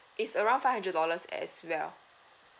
it's around five hundred dollars as well